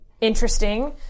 interesting